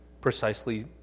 precisely